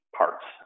parts